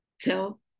Tell